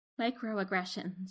microaggressions